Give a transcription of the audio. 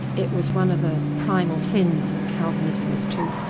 it was one of the primal sins of calvinism, was to